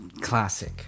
classic